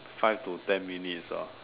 five to ten minutes ah